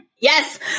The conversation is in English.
Yes